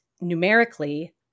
numerically